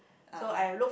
(uh huh)